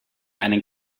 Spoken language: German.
einen